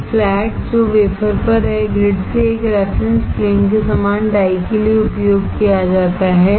एक फ्लैट जो वेफर पर है ग्रिड से एक रेफरेंस प्लेन के समान डाई के लिए उपयोग किया जाता है